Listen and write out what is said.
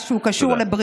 תודה.